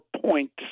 points